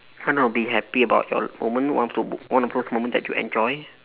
uh know be happy about your moment one of the one of those moment that you enjoy